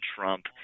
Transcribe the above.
Trump